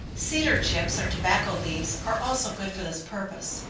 cedar chips, or tobacco leaves, are also good for this purpose.